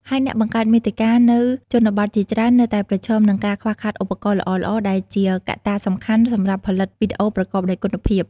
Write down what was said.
ហើយអ្នកបង្កើតមាតិកានៅជនបទជាច្រើននៅតែប្រឈមនឹង ការខ្វះខាតឧបករណ៍ល្អៗ ដែលជាកត្តាសំខាន់សម្រាប់ផលិតវីដេអូប្រកបដោយគុណភាព។